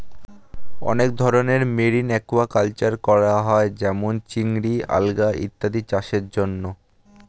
অনেক ধরনের marine aquaculture করা হয় যেমন চিংড়ি, আলগা ইত্যাদি চাষের জন্যে